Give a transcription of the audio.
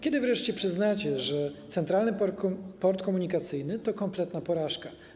Kiedy wreszcie przyznacie, że Centralny Port Komunikacyjny to kompletna porażka?